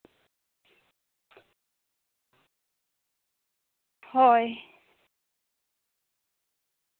ᱦᱳᱭ